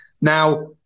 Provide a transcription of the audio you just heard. Now